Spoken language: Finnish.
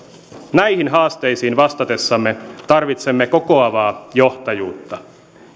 näihin haasteisiin vastatessamme tarvitsemme kokoavaa johtajuutta